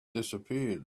disappeared